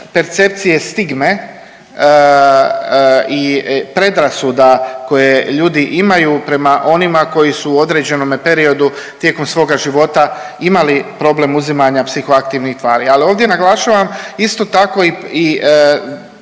percepcije stigme i predrasuda koje ljudi imaju prema onima koji su u određenome periodu tijekom svoga života imali problem uzimanja psihoaktivnih tvari. Ali ovdje naglašavam isto tako i